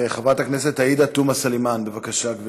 חברת הכנסת עאידה תומא סלימאן, בבקשה, גברתי.